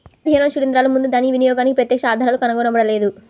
పదిహేనవ శిలీంద్రాలు ముందు దాని వినియోగానికి ప్రత్యక్ష ఆధారాలు కనుగొనబడలేదు